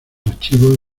archivos